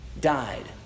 died